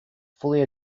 fully